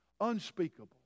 unspeakable